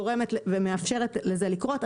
בעצם גורמת ומאפשרת לזה לקרות.